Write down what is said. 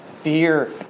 fear